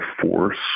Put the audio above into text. force